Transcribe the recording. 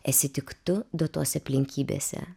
esi tik tu duotose aplinkybėse